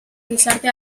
gizarte